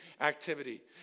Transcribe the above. activity